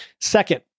Second